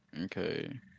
okay